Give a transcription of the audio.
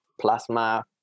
Plasma